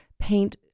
paint